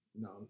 No